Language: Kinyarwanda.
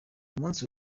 umunsi